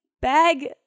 bag